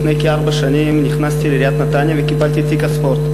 לפני כארבע שנים נכנסתי לעיריית נתניה וקיבלתי את תיק הספורט.